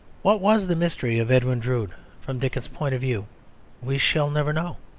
what was the mystery of edwin drood from dickens's point of view we shall never know,